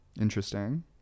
interesting